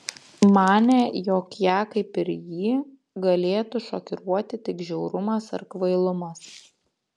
manė jog ją kaip ir jį galėtų šokiruoti tik žiaurumas ar kvailumas